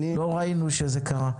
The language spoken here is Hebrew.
לא ראינו שזה קרה.